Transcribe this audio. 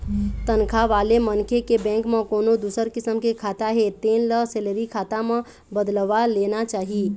तनखा वाले मनखे के बेंक म कोनो दूसर किसम के खाता हे तेन ल सेलरी खाता म बदलवा लेना चाही